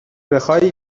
بخای